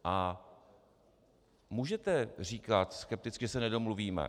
A můžete říkat skepticky, že se nedomluvíme.